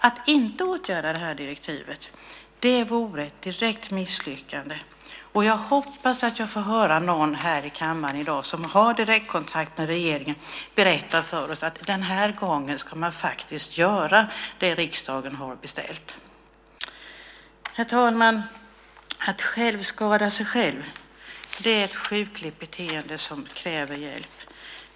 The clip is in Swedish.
Att inte åtgärda det här direktivet vore ett direkt misslyckande. Jag hoppas att jag får höra någon här i kammaren i dag som har direktkontakt med regeringen berätta för oss att den här gången ska man faktiskt göra det riksdagen har beställt. Herr talman! Att självskada sig är ett sjukligt beteende som kräver hjälp.